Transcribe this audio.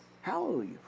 Hallelujah